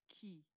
key